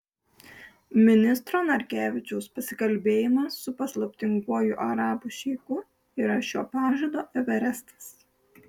ministro narkevičiaus pasikalbėjimas su paslaptinguoju arabų šeichu yra šio pažado everestas